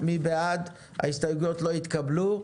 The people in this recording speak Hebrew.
ההסתייגויות לא התקבלו.